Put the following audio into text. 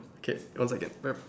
okay one second